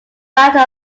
battle